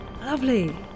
Lovely